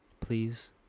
please